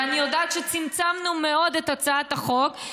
אני יודעת שצמצמנו מאוד את הצעת החוק.